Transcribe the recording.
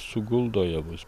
suguldo javus